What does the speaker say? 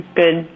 good